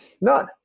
None